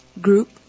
group